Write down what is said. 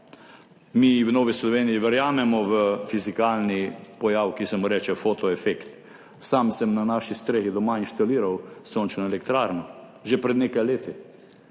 Mi v Novi Sloveniji verjamemo v fizikalni pojav, ki se mu reče foto efekt. Sam sem na naši strehi doma inštaliral sončno elektrarno že pred nekaj leti.